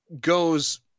goes